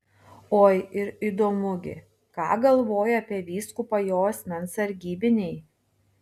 oi ir įdomu gi ką galvoja apie vyskupą jo asmens sargybiniai